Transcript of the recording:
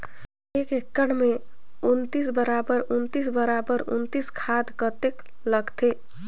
एक एकड़ मे उन्नीस बराबर उन्नीस बराबर उन्नीस खाद कतेक लगथे?